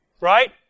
Right